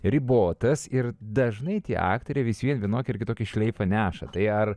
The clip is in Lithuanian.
ribotas ir dažnai tie aktoriai vis vien vienokį ar kitokį šleifą neša tai ar